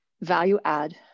value-add